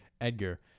Edgar